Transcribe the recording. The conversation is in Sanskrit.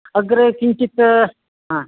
अग्रे किञ्चित्